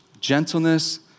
gentleness